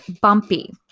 bumpy